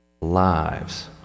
lives